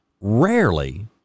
rarely